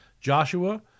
Joshua